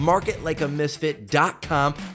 marketlikeamisfit.com